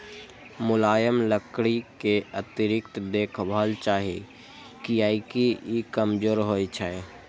मुलायम लकड़ी कें अतिरिक्त देखभाल चाही, कियैकि ई कमजोर होइ छै